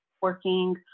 working